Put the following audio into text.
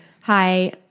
Hi